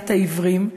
לאוכלוסיית העיוורים,